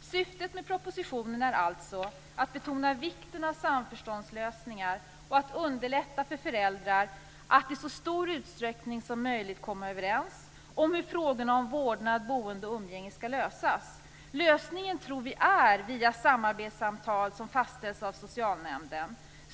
Syftet med propositionen är alltså att betona vikten av samförståndslösningar och att underlätta för föräldrar att i så stor utsträckning som möjligt komma överens om hur frågorna om vårdnad, boende och umgänge skall lösas. Lösningen tror vi kommer via samarbetssamtal som fastställs av socialnämnden.